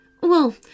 Well